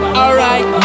alright